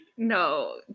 No